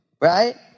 right